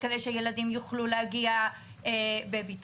כדי שילדים יוכלו להגיע בבטחה.